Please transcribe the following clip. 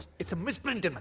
it's a misprint. and